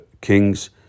Kings